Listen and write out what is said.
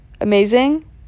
amazing